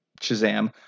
Shazam